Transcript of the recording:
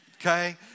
okay